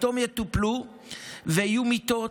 פתאום יטופלו ויהיו מיטות,